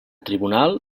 tribunal